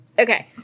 Okay